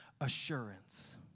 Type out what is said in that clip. assurance